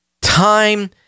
Time